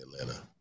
Atlanta